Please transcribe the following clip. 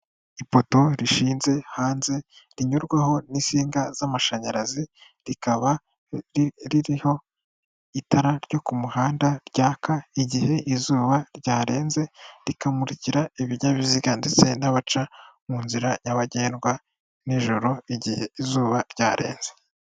Ipoto rishinze hanze rinyurwaho n'isinga z'amashanyarazi rikaba ririho itara ryo ku muhanda ryaka igihe izuba ryarenze rikamurikira ibinyabiziga ndetse n'abaca mu nzira nyabagendwa nijoro igihe izuba ryarenze.